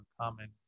common